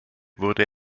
wurde